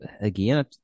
again